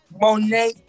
Monet